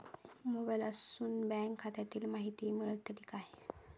मोबाईलातसून बँक खात्याची माहिती मेळतली काय?